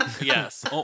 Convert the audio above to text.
Yes